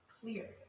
clear